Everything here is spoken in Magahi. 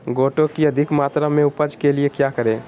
गोटो की अधिक मात्रा में उपज के लिए क्या करें?